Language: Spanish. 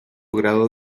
grado